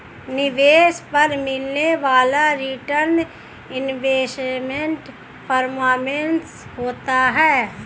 निवेश पर मिलने वाला रीटर्न इन्वेस्टमेंट परफॉरमेंस होता है